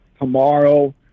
tomorrow